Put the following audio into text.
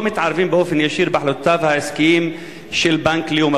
מתערבים באופן ישיר בהחלטות העסקיות של בנק לאומי.